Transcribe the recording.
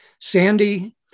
Sandy